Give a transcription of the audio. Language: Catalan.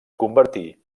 convertí